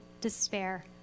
despair